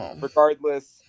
Regardless